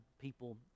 people